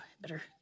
better